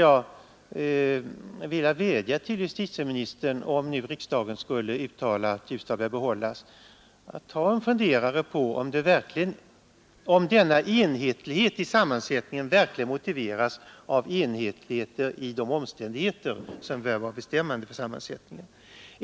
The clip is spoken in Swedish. Därför vill jag vädja till justitieministern att han, om nu riksdagen skulle uttala att Ljusdal bör behålla sin domstol, funderar över om denna enhetlighet i sammansättningen verkligen motiveras av enhetlighet i de omständigheter som bör vara bestämmande för sammansättningen.